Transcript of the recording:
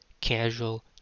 casual